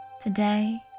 Today